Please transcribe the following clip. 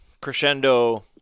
crescendo